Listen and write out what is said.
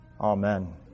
Amen